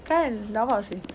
kan lawa seh